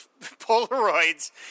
Polaroids